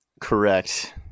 Correct